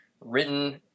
written